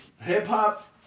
hip-hop